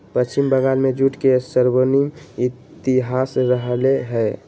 पश्चिम बंगाल में जूट के स्वर्णिम इतिहास रहले है